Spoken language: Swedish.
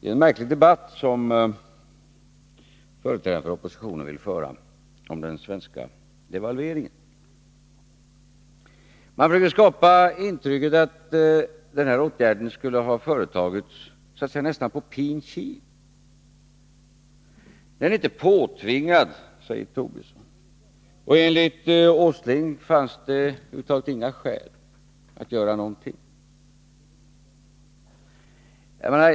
Fru talman! Det är en märklig debatt som företrädare för oppositionen vill föra om den svenska devalveringen. Man försöker skapa intrycket att den här åtgärden skulle ha företagits nästan på pin kiv, så att säga. Den är inte påtvingad, säger Lars Tobisson. Och enligt Nils Åsling fanns det över huvud taget inga skäl att göra någonting.